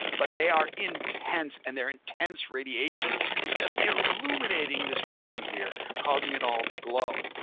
but they are intense and they're intense radiation is just illuminating this region here causing it all to glow.